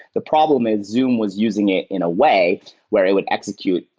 the problem is zoom was using it in a way where it would execute,